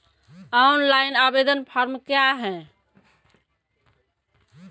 Online आवेदन form क्या हैं?